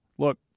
Look